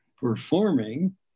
performing